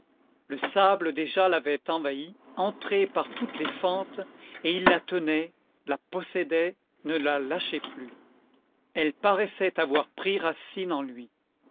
le sable déjà l'avait envahie entré par toutes les fentes et il la tenait la possédait ne la lâchait plus elle paraissait avoir pris racine en lui